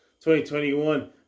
2021